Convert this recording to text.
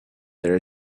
there